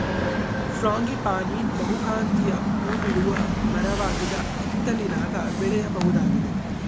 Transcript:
frangipani ಬಹುಕಾಂತೀಯ ಹೂಬಿಡುವ ಮರವಾಗದ ಹಿತ್ತಲಿನಾಗ ಬೆಳೆಯಬಹುದಾಗಿದೆ